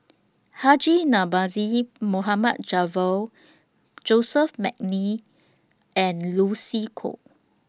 Haji Namazie Mohamed Javad Joseph Mcnally and Lucy Koh